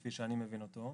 כפי שאני מבין אותו,